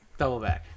Doubleback